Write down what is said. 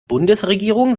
bundesregierung